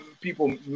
people